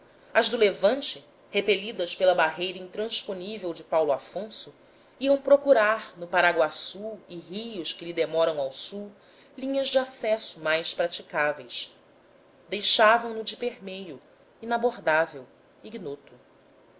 as do levante repelidas pela barreira intransponível de paulo afonso iam procurar no paraguaçu e rios que lhe demoram ao sul linhas de acesso mais praticáveis deixavam no de permeio inabordável ignoto